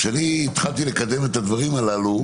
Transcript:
כשאני התחלתי לקדם את הדברים הללו,